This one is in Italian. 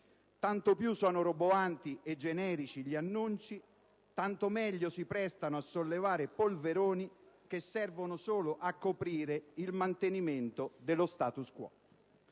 Tanto più sono roboanti e generici gli annunci, tanto meglio si prestano a sollevare polveroni che servono solo a coprire il mantenimento dello *status quo*.